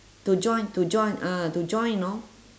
to join to join ah to join you know